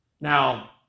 now